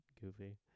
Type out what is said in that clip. goofy